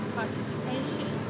participation